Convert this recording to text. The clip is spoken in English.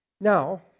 Now